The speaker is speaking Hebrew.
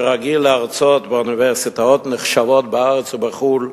שרגיל להרצות באוניברסיטאות נחשבות בארץ ובחוץ-לארץ,